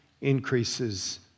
increases